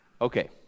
Okay